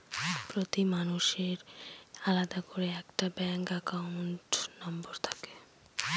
প্রতি মানুষের আলাদা করে একটা ব্যাঙ্ক একাউন্ট নম্বর থাকে